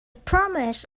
promise